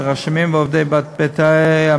הרשמים ועובדי בתי-המשפט,